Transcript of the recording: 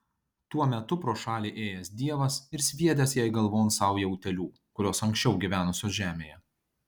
tuo metu pro šalį ėjęs dievas ir sviedęs jai galvon saują utėlių kurios anksčiau gyvenusios žemėje